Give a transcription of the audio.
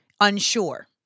unsure